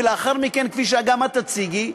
ולאחר מכן כפי שגם את תציגי,